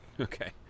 Okay